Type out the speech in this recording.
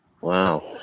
Wow